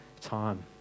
time